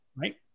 Right